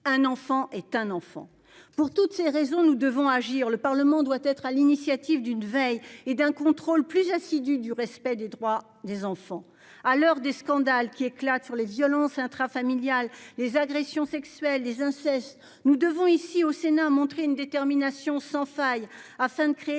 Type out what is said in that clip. Un enfant est un enfant. Pour toutes ces raisons, nous devons agir. Le Parlement doit être à l'initiative d'une veille et d'un contrôle plus assidus du respect des droits des enfants. À l'heure des scandales qui éclatent sur les violences. Les agressions sexuelles des incestes nous devons ici au Sénat, a montré une détermination sans faille afin de créer